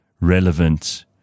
relevant